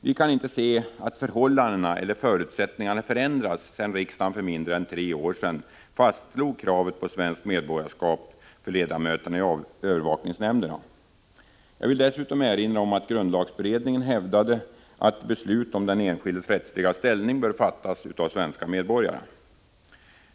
Vi kan inte se att förhållandena eller förutsättningarna har ändrats sedan riksdagen för mindre än tre år sedan fastslog kravet på svenskt medborgarskap för ledamöter i övervakningsnämnderna. Jag vill dessutom erinra om att grundlagberedningen hävdade att beslut om den enskildes rättsliga ställning bör fattas av svenska medborgare.